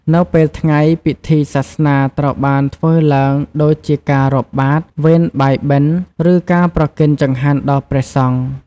នៅពេលថ្ងៃ ពិធីសាសនាត្រូវបានធ្វើឡើងដូចជាការរាប់បាត្រ វេនបាយបិណ្ឌ ឬការប្រគេនចង្ហាន់ដល់ព្រះសង្ឃ។